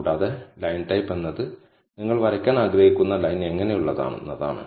കൂടാതെ line type എന്നത് നിങ്ങൾ വരയ്ക്കാൻ ആഗ്രഹിക്കുന്ന ലൈൻ എങ്ങനെയുള്ളതാണെന്നതാണ്